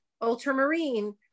ultramarine